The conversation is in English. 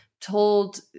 told